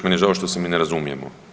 Meni je žao što se mi ne razumijemo.